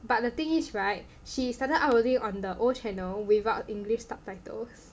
but the thing is right she started uploading on the old channel without English subtitles